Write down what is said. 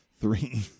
Three